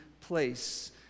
place